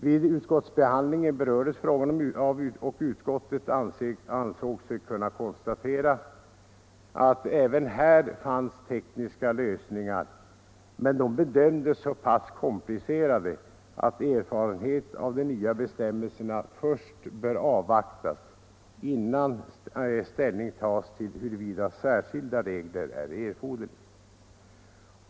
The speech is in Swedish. Vid utskottsbehandlingen "berördes den frågan, och utskottet ansåg sig kunna konstatera att även här fanns tekniska lösningar, men de bedömdes vara så komplicerade att erfarenhet av de nya bestämmelserna bör avvaktas innan ställning tas till huruvida särskilda regler är erforderliga.